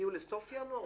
תגיעו לסוף ינואר?